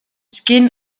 skin